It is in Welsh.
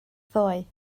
ddoe